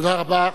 תודה רבה.